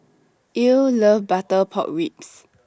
Ilo loves Butter Pork Ribs